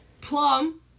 plum